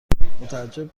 متعجب